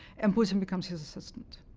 and putin becomes his assistant.